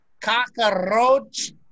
cockroach